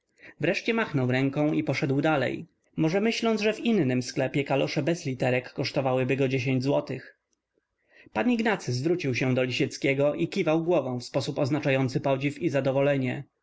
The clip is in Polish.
wreszcie machnął ręką i poszedł dalej może myśląc że w innym sklepie kalosze bez literek kosztowałyby go dziesięć złotych pan ignacy zwrócił się do lisieckiego i kiwał głową w sposób oznaczający podziw i zadowolenie